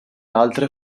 altre